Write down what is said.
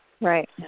Right